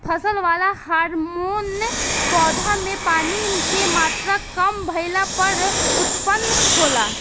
फसल वाला हॉर्मोन पौधा में पानी के मात्रा काम भईला पर उत्पन्न होला